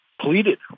pleaded